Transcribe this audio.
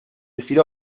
decir